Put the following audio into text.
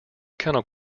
kennel